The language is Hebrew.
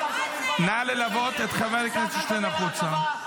נא ללוות את חבר הכנסת שטרן החוצה.